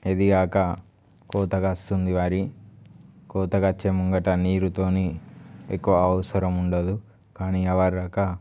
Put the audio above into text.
ఇది కాక కోత కాస్తుంది వరి కోతకు వచ్చే ముందు నీరు తోని ఎక్కువ అవసరం ఉండదు కానీ ఆ వరి అయ్యాక